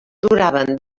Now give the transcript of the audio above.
duraven